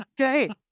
Okay